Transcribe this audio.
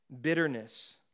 bitterness